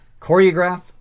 choreograph